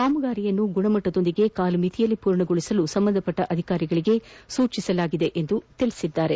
ಕಾಮಗಾರಿಯನ್ನು ಗುಣಮಟ್ಟದೊಂದಿಗೆ ಕಾಲಮಿತಿಯಲ್ಲಿ ಪೂರ್ಣಗೊಳಿಸಲು ಸಂಬಂಧಪಟ್ಟ ಅಧಿಕಾರಿಗಳಗೆ ಸೂಚಿಸಲಾಗಿದೆ ಎಂದು ತಿಳಿಸಿದರು